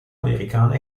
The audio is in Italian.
americana